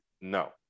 No